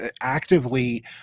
actively